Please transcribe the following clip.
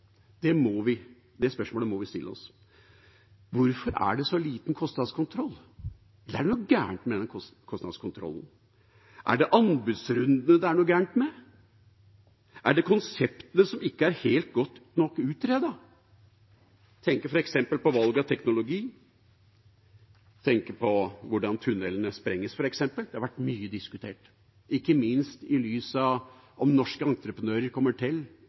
Det spørsmålet må vi stille oss. Hvorfor er det så liten kostnadskontroll? Eller er det noe galt med kostnadskontrollen? Er det anbudsrundene det er noe galt med? Er det konseptene som ikke er helt godt nok utredet? Jeg tenker f.eks. på valg av teknologi, jeg tenker på hvordan tunellene sprenges, det har vært mye diskutert, ikke minst i lys av om norske entreprenører kommer til